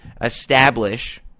establish